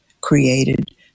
created